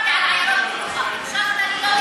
דיברתי על עיירות פיתוח, הקשבת לי?